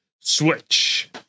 Switch